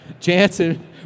Jansen